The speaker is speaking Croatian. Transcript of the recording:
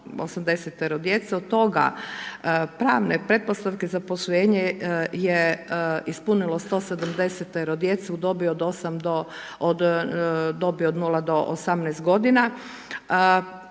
od toga pravne pretpostavke za posvojenje je ispunilo 170-ero djece u dobi od 0 do 18 godina,